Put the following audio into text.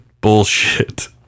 bullshit